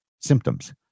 symptoms